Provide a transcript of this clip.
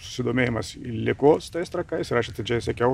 susidomėjimas ir liko su tais trakais ir aš atidžiai sekiau